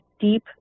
deep